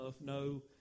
No